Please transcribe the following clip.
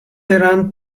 eran